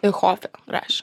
ir hofe rašė